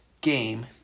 game